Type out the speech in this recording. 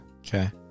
Okay